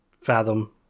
fathom